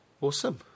Awesome